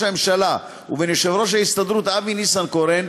הממשלה ובין יושב-ראש ההסתדרות אבי ניסנקורן,